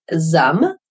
zum